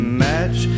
match